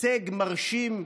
הישג מרשים,